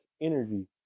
energy